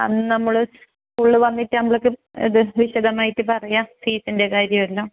അന്ന് നമ്മൾ സ്കൂൾ വന്നിട്ട് അത് വിശദമായിട്ട് പറയാം ഫീസിൻ്റെ കാര്യം എല്ലാം